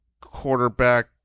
quarterback